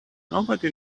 nobody